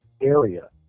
area